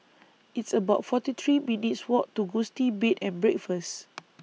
It's about forty three minutes' Walk to Gusti Bed and Breakfast